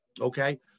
Okay